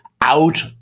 out